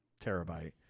terabyte